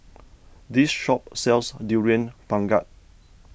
this shop sells Durian Pengat